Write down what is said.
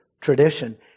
tradition